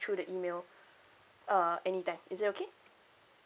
through the email uh anytime is it okay